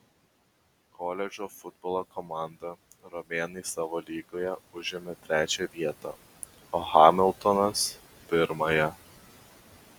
koledžo futbolo komanda romėnai savo lygoje užėmė trečią vietą o hamiltonas pirmąją